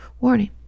warning